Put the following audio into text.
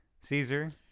Caesar